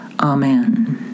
Amen